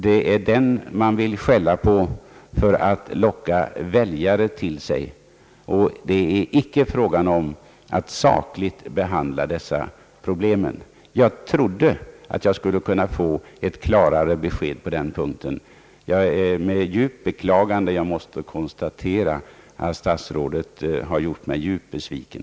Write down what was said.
Det är den man vill skälla på för att locka väljare till sig, men man vill inte sakligt behandla dessa problem. Jag hade hoppats att få ett annat besked på den punkten. Det är med beklagande jag måste konstatera att statsrådet har gjort mig djupt besviken.